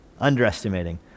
Underestimating